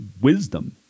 wisdom